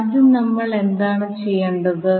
ആദ്യം നമ്മൾ എന്താണ് ചെയ്യേണ്ടത്